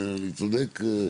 אני צודק?